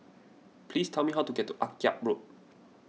please tell me how to get to Akyab Road